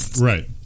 Right